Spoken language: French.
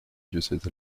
diocèse